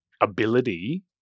ability